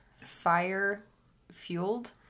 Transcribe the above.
fire-fueled